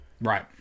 Right